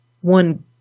One